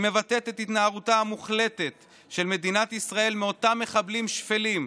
היא מבטאת את התנערותה המוחלטת של מדינת ישראל מאותם מחבלים שפלים,